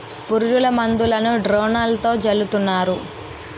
పురుగుల మందులను డ్రోన్లతో జల్లుతున్నారు